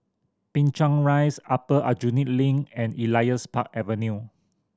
Binchang Rise Upper Aljunied Link and Elias Park Avenue